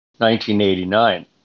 1989